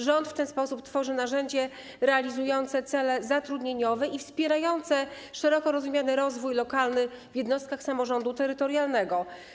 Rząd w ten sposób tworzy narzędzie realizujące cele zatrudnieniowe i wspierające szeroko rozumiany rozwój lokalny w jednostkach samorządu terytorialnego.